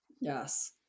Yes